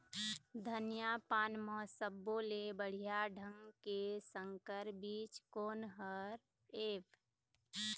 धनिया पान म सब्बो ले बढ़िया ढंग के संकर बीज कोन हर ऐप?